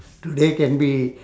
today can be